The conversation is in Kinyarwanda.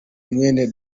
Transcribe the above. mwene